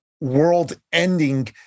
world-ending